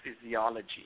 physiology